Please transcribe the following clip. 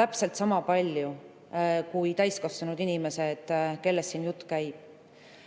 täpselt sama palju kui täiskasvanud inimesed, kellest siin jutt käib.